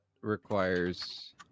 requires